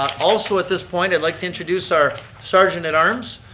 also at this point, i'd like to introduce our sergeant-at-arms,